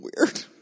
weird